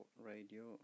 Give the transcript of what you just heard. Radio